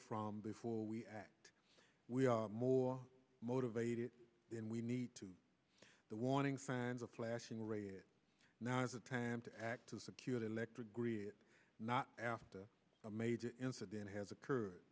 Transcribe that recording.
from before we act we are more motivated then we need to the warnings signs of flashing red now is it time to act to secure the electric grid not after a major incident has occurred